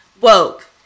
woke